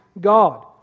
God